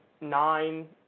nine